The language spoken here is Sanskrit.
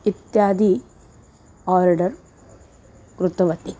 इत्यादि आर्डर् कृतवती